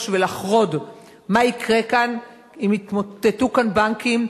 ולחרוד מה יקרה כאן אם יתמוטטו כאן בנקים,